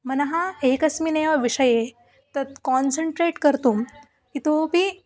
मनः एकस्मिन्नेव विषये तत् कान्सन्ट्रेट् कर्तुम् इतोपि